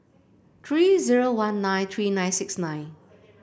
three zero one nine three nine six nine